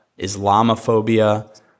Islamophobia